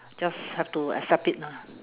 just have to accept it lah